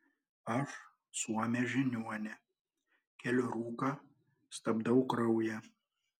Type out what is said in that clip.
aš suomė žiniuonė keliu rūką stabdau kraują